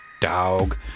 Dog